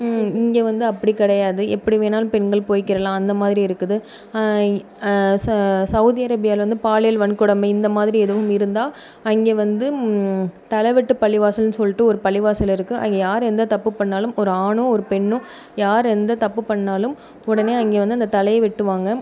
இங்கே வந்து அப்படி கிடையாது எப்டி வேணாலும் பெண்கள் போய்க்கிடலாம் அந்தமாதிரி இருக்குது சவுதி அரேபியாவில் வந்து பாலியல் வன்கொடுமை இந்தமாதிரி எதுவும் இருந்தால் அங்கே வந்து தலைவெட்டு பள்ளிவாசல்ன்னு சொல்லிட்டு ஒரு பள்ளிவாசல் இருக்குது அங்கே யார் எந்த தப்புப் பண்ணிணாலும் ஒரு ஆணோ ஒரு பெண்ணோ யார் எந்த தப்புப் பண்ணிணாலும் உடனே அங்கே வந்து அந்த தலையை வெட்டுவாங்க